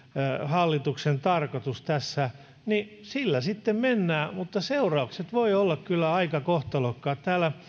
hallituksen tarkoitus tässä niin sillä sitten mennään mutta seuraukset voivat olla kyllä aika kohtalokkaat